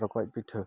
ᱨᱚᱠᱚᱡ ᱯᱤᱴᱷᱟᱹ